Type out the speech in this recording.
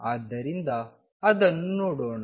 ಆದ್ದರಿಂದ ಅದನ್ನು ನೋಡೋಣ